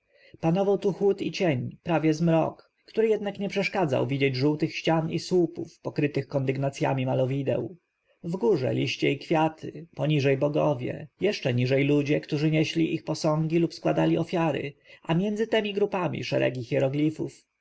panował tu chłód i cień prawie zmrok który jednak nie przeszkadzał widzieć żółtych ścian i słupów pokrytych kondygnacjami malowideł w górze liście i kwiaty poniżej bogowie jeszcze niżej ludzie którzy nieśli ich posągi lub składali ofiary a między temi grupami szeregi